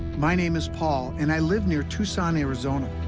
my name is paul and i live near tucson, arizona.